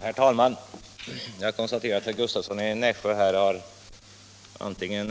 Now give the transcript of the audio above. Herr talman! Jag konstaterar att herr Gustavsson i Nässjö har